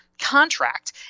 contract